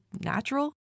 natural